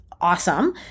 awesome